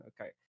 okay